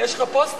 יש לך פוסטר?